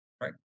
Right